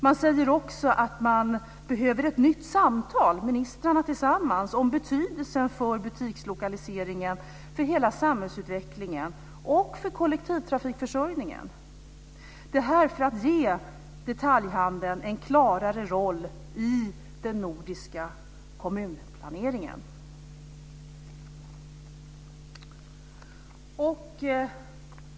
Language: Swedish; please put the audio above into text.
Man säger också att man behöver ett nytt samtal ministrarna emellan om betydelsen av butikslokaliseringen för hela samhällsutvecklingen och för kollektivtrafikförsörjningen - detta för att ge detaljhandeln en klarare roll i den nordiska kommunplaneringen.